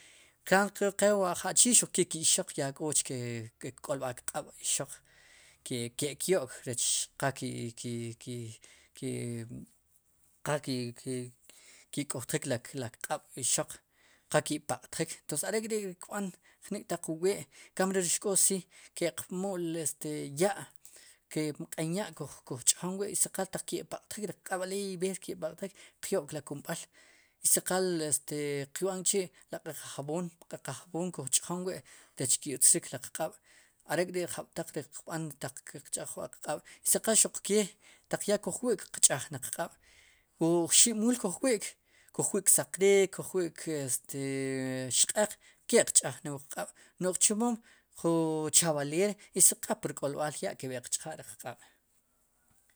Qaajtlo qe wu uj achii xukke ke ixoq ya k'ochke k'olb'al kq'ab' ixoq ke'kyo'k rech qal ki, ki ki ki ki qa ki qal ki k'ujtjik la kq'ab'ixoq qa ki' paq'tjik pues are'k'ri kb'an jnik' taq wu wee emkamre ri ixk'oo si ke'q k'mul este ya' mq'en ya'kuj ch'jonwi' i si qal ataq ki'paq'tjik riq q'aab'aleey b'er ri ke' paq'tjik qyo'k ri kumb'al i si qal este qb'an k'chi' ri q'eqa jab'oon kuj ch'jon wi' rech ku'tzrik riq q'aab' are'k'ri jab'taq qb'antaq qch'aj wuq q'ab' i si qal xuq kee taq ya kuj wi'k qch'aj ne qq'aab' wu oxib' muul kuj wi'k, kuj wi'k ksaq riik, kuj wi'k este xqéeq ke'qch'aj ne wuqq'ab' no'j chumo jun chavalera i si qal pur k'olb'al ya' ki'qch'ja'riq q'aab'.